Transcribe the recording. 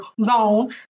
zone